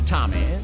Tommy